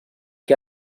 que